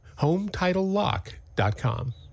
HomeTitleLock.com